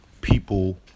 people